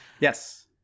yes